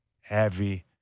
heavy